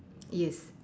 yes